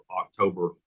October